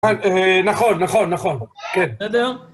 נכון, נכון, נכון, כן.